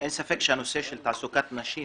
אין ספק שהנושא של תעסוקת נשים,